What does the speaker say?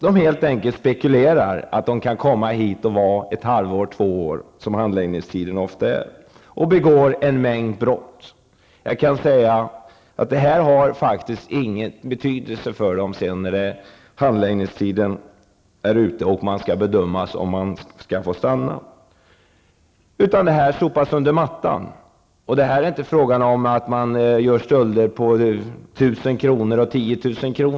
De spekulerar helt enkelt genom att komma hit och vara här från ett halvår och upp till två år -- handläggningstiden är ju ofta så lång -- och begår en mängd brott. Detta har faktiskt ingen betydelse när handläggningstiden är ute och man skall bedöma om de skall få stanna, utan det sopas under mattan. Det är inte frågan om stölder på 1 000 kr. eller 10 000 kr.